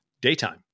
daytime